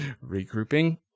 Regrouping